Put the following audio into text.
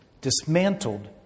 dismantled